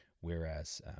whereas